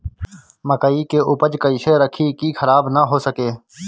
मकई के उपज कइसे रखी की खराब न हो सके?